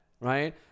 right